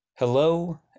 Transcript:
Hello